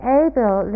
able